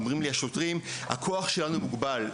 הכוח שלנו מוגבל.